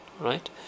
right